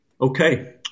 Okay